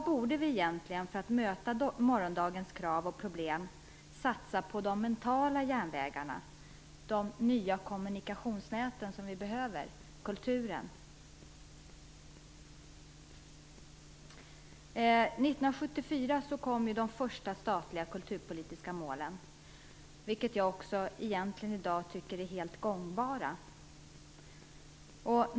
För att kunna möta morgondagens krav och problem borde vi satsa på de mentala järnvägarna, de nya kommunikationsnäten och kulturen. 1974 fastlades de första statliga kulturpolitiska målen, vilka är helt gångbara i dag.